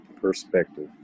Perspective